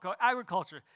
agriculture